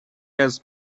has